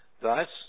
Thus